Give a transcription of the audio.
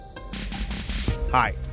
hi